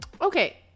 Okay